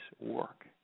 work